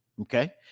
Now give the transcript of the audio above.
Okay